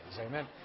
Amen